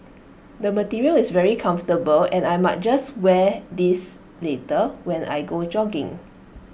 the material is very comfortable and I might just wear this later when I go jogging